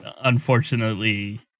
unfortunately